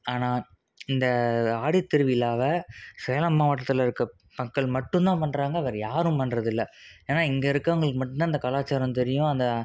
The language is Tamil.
ஆனால் இந்த ஆடி திருவிழாவ சேலம் மாவட்டத்தில் இருக்க மக்கள் மட்டும் தான் பண்ணுறாங்க வேறு யாரும் பண்ணுறதில்ல ஏன்னா இங்கே இருக்கவங்களுக்கு மட்டும் தான் இந்த கலாச்சாரம் தெரியும் அந்த